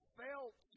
felt